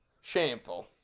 Shameful